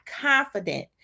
confident